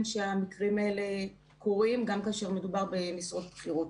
שהמקרים האלה קורים גם כאשר מדובר במשרות בכירות.